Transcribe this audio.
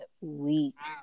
weeks